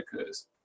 occurs